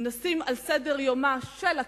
נשים על סדר-היום של הכנסת,